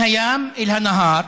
מהים אל הנהר.